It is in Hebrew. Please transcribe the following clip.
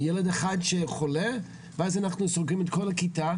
ילד אחד שחולה ואז אנחנו סוגרים את כל הכיתה,